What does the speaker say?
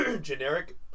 generic